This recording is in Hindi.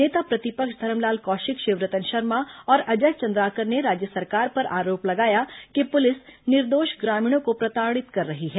नेता प्रतिपक्ष धरमलाल कौशिक शिवरतन शर्मा और अजय चंद्राकर ने राज्य सरकार पर आरोप लगाया कि पुलिस निर्दोष ग्रामीणों को प्रताड़ित कर रही है